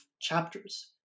chapters